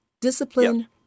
discipline